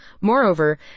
Moreover